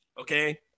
Okay